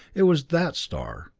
it was that star,